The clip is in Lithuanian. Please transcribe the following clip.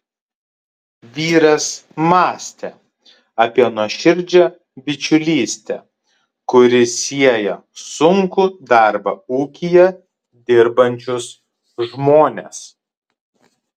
vyras mąstė apie nuoširdžią bičiulystę kuri sieja sunkų darbą ūkyje dirbančius žmones